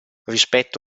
rispetto